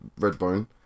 Redbone